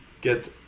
get